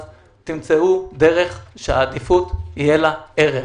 וביקשנו שימצאו דרך שלעדיפות יהיה ערך.